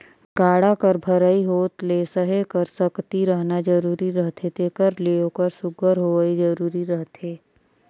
गाड़ा कर भरई होत ले सहे कर सकती रहना जरूरी रहथे तेकर ले ओकर सुग्घर होवई जरूरी रहथे